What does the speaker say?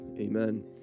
Amen